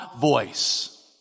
voice